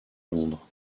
londres